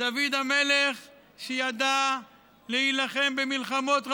שידע להילחם במלחמות רבות,